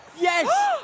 Yes